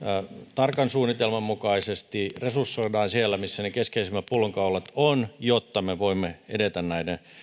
tarkan suunnitelman mukaisesti resursoidaan siellä missä ne keskeisimmät pullonkaulat ovat jotta me voimme edetä